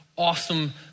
Awesome